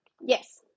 Yes